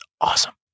awesome